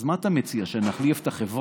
אז מה אתה מציע, שנחליף את החברה?